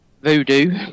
Voodoo